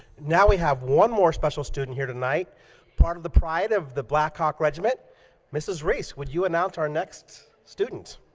now we have one more special student here tonight part of the pride of the black hawk regiment mrs. reese would you announce our next student?